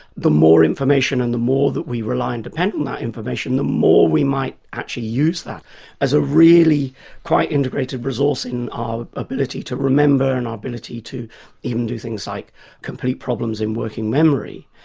the more information and the more that we rely and depend on that information, the more we might actually use that as a really quite integrated resource in our ability to remember and our ability to even do things like complete problems in working manually.